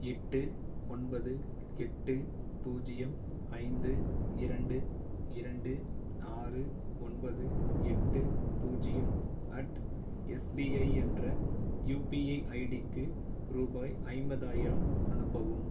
எட்டு ஒன்பது எட்டு பூஜியம் ஐந்து இரண்டு இரண்டு ஆறு ஒன்பது எட்டு பூஜியம் அட் எஸ்பிஐ என்ற யுபிஐ ஐடிக்கு ரூபாய் ஐம்பதாயிரம் அனுப்பவும்